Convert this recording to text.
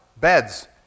beds